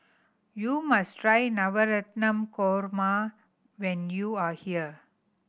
you must try Navratan Korma when you are here